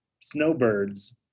snowbirds